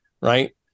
right